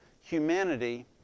humanity